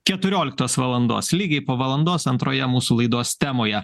keturioliktos valandos lygiai po valandos antroje mūsų laidos temoje